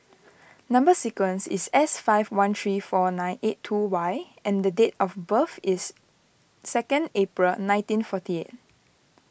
Number Sequence is S five one three four nine eight two Y and date of birth is second April nineteen forty eight